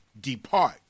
depart